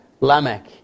Lamech